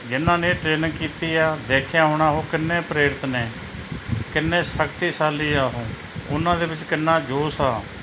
ਜਿਹਨਾਂ ਨੇ ਟ੍ਰੇਨਿੰਗ ਕੀਤੀ ਆ ਦੇਖਿਆ ਹੋਣਾ ਉਹ ਕਿੰਨੇ ਪ੍ਰੇਰਿਤ ਨੇ ਕਿੰਨੇ ਸ਼ਕਤੀਸ਼ਾਲੀ ਆ ਉਹ ਉਹਨਾਂ ਦੇ ਵਿੱਚ ਕਿੰਨਾ ਜੋਸ਼ ਆ